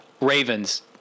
Ravens